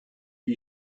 die